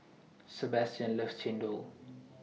Sebastian loves Chendol